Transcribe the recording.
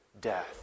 death